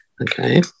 Okay